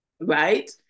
right